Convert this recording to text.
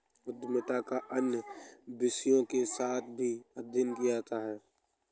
उद्यमिता का अन्य विषयों के साथ भी अध्ययन किया जाता है